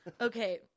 Okay